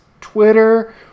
Twitter